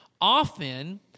often